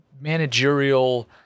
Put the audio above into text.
managerial